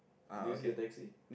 this is a taxi